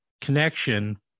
connection